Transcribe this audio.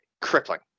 crippling